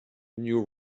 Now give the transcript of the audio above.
new